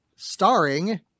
Starring